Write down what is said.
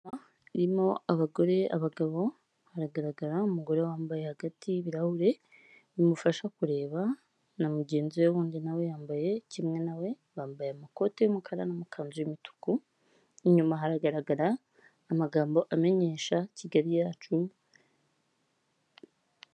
Irimo abagore, abagabo haragaragara umugore wambaye hagati ibirahure bimufasha kureba, na mugenzi we wundi nawe, yambaye kimwe nawe we, bambaye amakoti y'umukara n'umukanzu y'umituku, inyuma haragaragara amagambo amenyesha Kigali yacu.